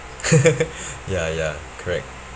ya ya correct